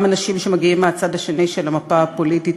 גם אנשים שמגיעים מהצד השני של המפה הפוליטית,